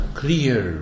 clear